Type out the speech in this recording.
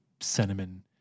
cinnamon